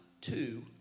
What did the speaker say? two